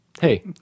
hey